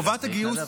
בגלל זה התנדבת.